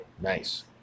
nice